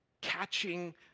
catching